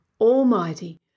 almighty